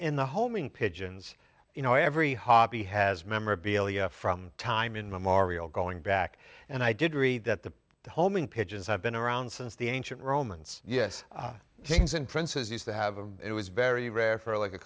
the homing pigeons you know every hobby has memorabilia from time immemorial going back and i did read that the homing pigeons have been around since the ancient romans yes things in princes used to have a it was very rare for a like a